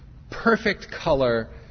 perfect colour,